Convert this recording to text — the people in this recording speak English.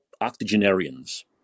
octogenarians